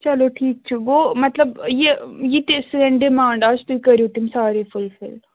چلو ٹھیٖک چھُ گوٚو مطلب یہِ یہِ تہِ سٲنۍ ڈِمانٛڈ آسہِ تُہۍ کٔرِو تِم سارے فُلفِل